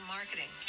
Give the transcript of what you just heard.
Marketing